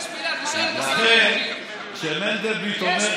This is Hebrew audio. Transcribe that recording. אז לכן, כשמנדלבליט אומר,